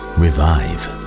revive